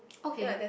okay